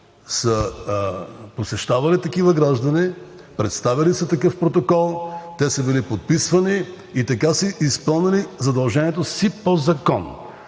посещавали са граждани, представяли са такъв протокол, те са били подписвани и така са изпълнили задължението си по закон.